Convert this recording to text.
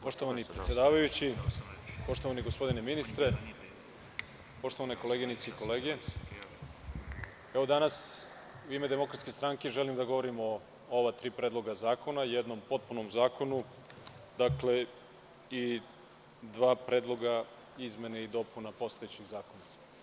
Poštovani predsedavajući, poštovani gospodine ministre, poštovane koleginice i kolege, danas u ime DS želim da govorim o ova tri predloga zakona, jednom potpuno novom zakonu i dva predloga izmena i dopuna postojećih zakona.